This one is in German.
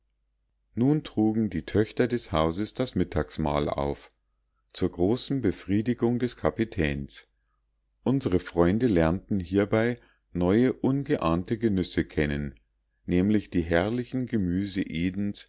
nun trugen die töchter des hauses das mittagsmahl auf zur großen befriedigung des kapitäns unsre freunde lernten hiebei neue ungeahnte genüsse kennen nämlich die herrlichen